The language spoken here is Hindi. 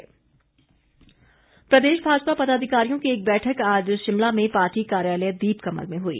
भाजपा बैठक प्रदेश भाजपा पदाधिकारियों की एक बैठक आज शिमला में पार्टी कार्यालय दीपकमल में हई